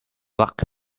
luck